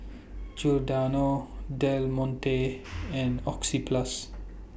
Giordano Del Monte and Oxyplus